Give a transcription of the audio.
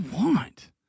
want